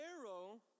arrow